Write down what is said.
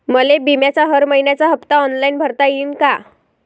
मले बिम्याचा हर मइन्याचा हप्ता ऑनलाईन भरता यीन का?